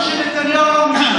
שנתניהו לא מושלם.